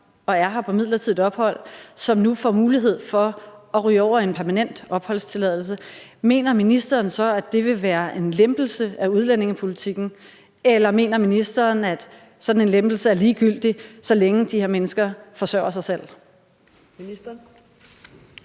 og er her på midlertidigt ophold, som nu får mulighed for at ryge over i en permanent opholdstilladelse, mener ministeren så, at det vil være en lempelse af udlændingepolitikken, eller mener ministeren, at sådan en lempelse er ligegyldig, så længe de her mennesker forsørger sig selv?